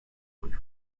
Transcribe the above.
with